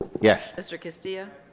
yeah mr. castillo,